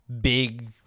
big